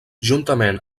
juntament